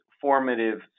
formative